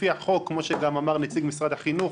לפי החוק, כמו שאמר נציג משרד החינוך,